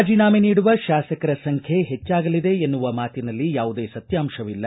ಕಾಜಿನಾಮೆ ನೀಡುವ ಶಾಸಕರ ಸಂಖ್ಯೆ ಹೆಚ್ಚಾಗಲಿದೆ ಎನ್ನುವ ಮಾತಿನಲ್ಲಿ ಯಾವುದೇ ಸತ್ಯಾಂಶವಿಲ್ಲ